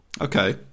Okay